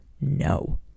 no